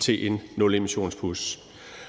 til en nulemissionsbus.